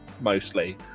mostly